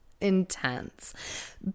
intense